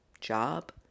job